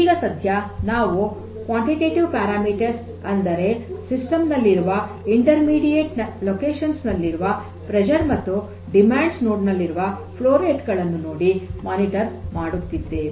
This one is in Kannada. ಈಗ ಸಧ್ಯ ನಾವು ಕ್ವಾಂಟಿಟೀಟಿವ್ ಪ್ಯಾರಾಮೀಟರ್ಸ್ ಅಂದರೆ ಸಿಸ್ಟಮ್ ನಲ್ಲಿರುವ ಇಂಟರ್ಮೀಡಿಯೇಟ್ ಲೊಕೇಷನ್ಸ್ ನಲ್ಲಿರುವ ಪ್ರೆಷರ್ ಮತ್ತು ಡಿಮ್ಯಾಂಡ್ ನೋಡ್ಸ್ ನಲ್ಲಿರುವ ಹರಿವಿನ ಪ್ರಮಾಣಗಳನ್ನು ನೋಡಿ ಮೇಲ್ವಿಚಾರಣೆ ಮಾಡುತ್ತಿದ್ದೇವೆ